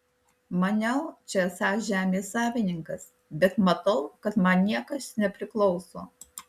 maniau čia esąs žemės savininkas bet matau kad man niekas nepriklauso